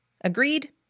Agreed